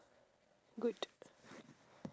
ya good